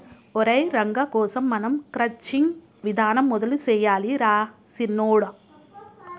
ఒరై రంగ కోసం మనం క్రచ్చింగ్ విధానం మొదలు సెయ్యాలి రా సిన్నొడా